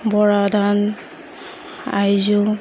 বৰা ধান আইজং